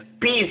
peace